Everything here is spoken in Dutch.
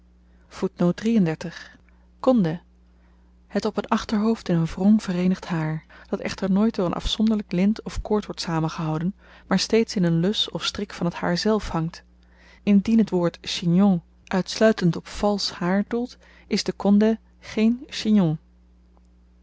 kondeh het op t achterhoofd in n wrong vereenigd haar dat echter nooit door n afzonderlyk lint of koord wordt samengehouden maar steeds in n lus of strik van t haar zelf hangt indien t woord chignon uitsluitend op valsch haar doelt is de kondeh